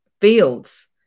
fields